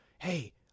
hey